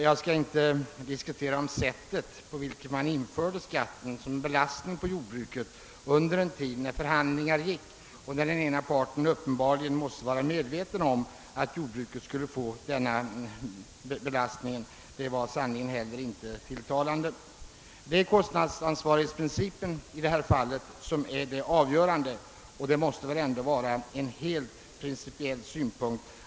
Jag skall inte diskutera det sätt på vilket man införde skatten under en tid, när förhandlingar pågick och den ena parten uppenbarligen måste vara medveten om att jordbruket genom denna skatt skulle få en belastning. Detta var sannerligen inte tilltalande. Det är kostnadsansvarighetsprincipen som här är avgörande, och detta måste anses vara principiellt helt riktigt.